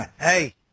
hey